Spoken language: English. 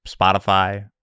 Spotify